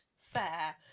fair